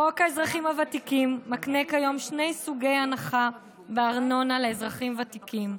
חוק האזרחים הוותיקים מקנה כיום שני סוגי הנחה בארנונה לאזרחים ותיקים: